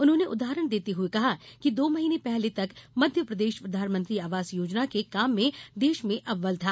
उन्होंने उदाहरण देते हुए कहा कि दो महीने पहले तक मध्यप्रदेश प्रधानमंत्री आवास योजना के काम में देश में अव्वल था